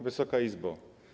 Wysoka Izbo!